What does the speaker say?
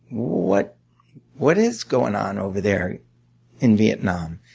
what what is going on over there in vietnam?